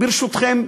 ברשותכם,